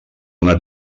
una